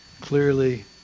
clearly